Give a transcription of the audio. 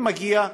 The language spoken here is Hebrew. אם מגיע,